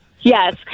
Yes